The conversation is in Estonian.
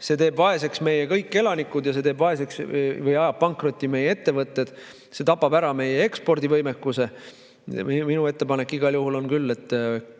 See teeb vaeseks kõik meie elanikud ja see teeb vaeseks või ajab pankrotti meie ettevõtted, see tapab ära meie ekspordivõimekuse. Minu ettepanek on küll see,